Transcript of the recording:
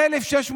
ה-1,600